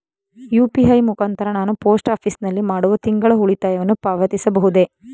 UPI ಮುಖಾಂತರ ನಾನು post office ನಲ್ಲಿ ಮಾಡುವ ತಿಂಗಳ ಉಳಿತಾಯವನ್ನು ಪಾವತಿಸಬಹುದೇ?